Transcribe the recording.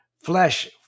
flesh